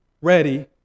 ready